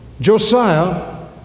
Josiah